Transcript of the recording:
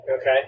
Okay